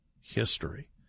history